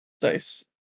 dice